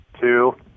two